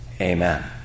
Amen